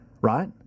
right